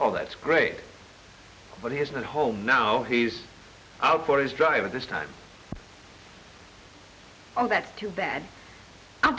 all that's great but he isn't home now he's out for his drive at this time on that too bad i